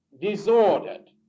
disordered